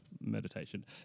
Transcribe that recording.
meditation